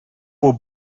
were